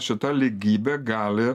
šita lygybė gali